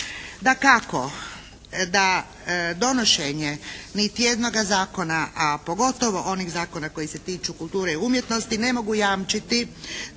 Dakako, da donošenje niti jednoga zakona, a pogotovo onih zakona koji se tiču kulture i umjetnosti ne mogu jamčiti